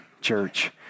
church